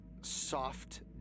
soft